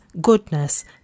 goodness